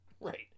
Right